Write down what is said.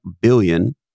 billion